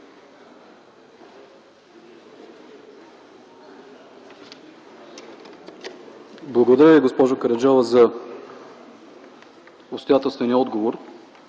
Благодаря Ви, госпожо Караджова, за обстоятелствения отговор.